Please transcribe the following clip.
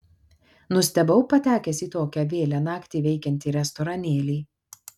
nustebau patekęs į tokią vėlią naktį veikiantį restoranėlį